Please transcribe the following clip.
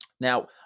Now